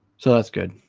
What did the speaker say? so that's good